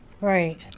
Right